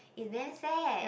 is damn sad